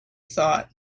thought